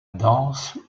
danse